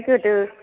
गोदो